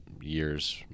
years